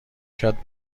کرد